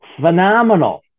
Phenomenal